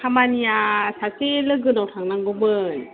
खामानिया सासे लोगोनाव थांनांगौमोन